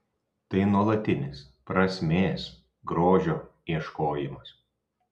tai nuolatinis prasmės grožio ieškojimas